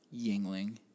Yingling